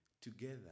together